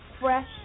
fresh